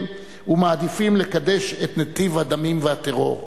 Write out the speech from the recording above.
ומעדיפים לקדש את נתיב הדמים והטרור.